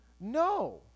No